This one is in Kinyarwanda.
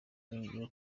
yongeyeho